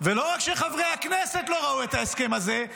ולא רק שחברי הכנסת לא ראו את ההסכם הזה,